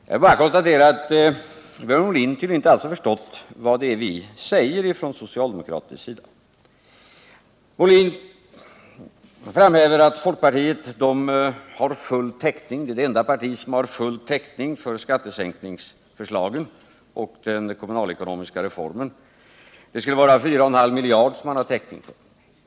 Jag kan bara konstatera att Björn Molin tydligen inte alls har förstått vad det är vi säger på den socialdemokratiska sidan, utan han framhärdar i att folkpartiet är det enda parti som har full täckning för skattesänkningsförslaget och den kommunalekonomiska reformen. Det skulle vara 4,5 miljarder som man har täckning för.